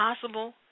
possible